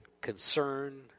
concern